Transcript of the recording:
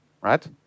right